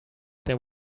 there